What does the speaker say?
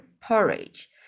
porridge